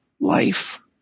life